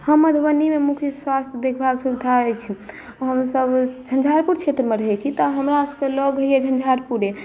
हँ मधुबनीमे मुख्य स्वास्थ्य देखभाल सुविधा अछि हमसभ झञ्झारपुर क्षेत्रमे रहैत छी तऽ हमरासभकेँ लग होइए झञ्झारपुरे